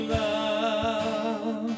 love